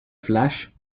flash